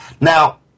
Now